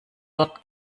dort